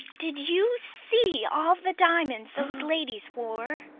did you see all the diamonds those ladies wore?